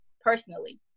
personally